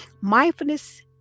Mindfulness